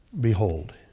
Behold